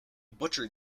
butcher